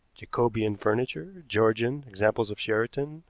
jacobean furniture, georgian, examples of sheraton,